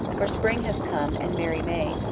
for spring has come, and merry may!